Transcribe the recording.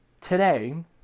Today